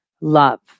Love